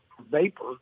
vapor